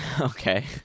Okay